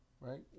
Right